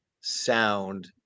sound